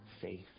faith